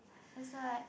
that's why